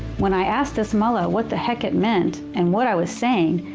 when i asked this mullah what the heck it meant and what i was saying,